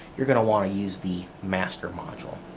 you're going to want to use the master module.